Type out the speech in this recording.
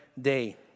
day